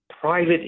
private